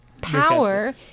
Power